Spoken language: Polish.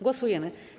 Głosujemy.